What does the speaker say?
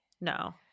no